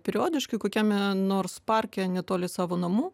periodiškai kokiame nors parke netoli savo namų